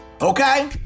okay